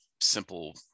simple